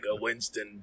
winston